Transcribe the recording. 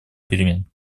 перемен